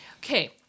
okay